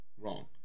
wrong